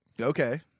Okay